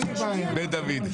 בית דוד.